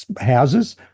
houses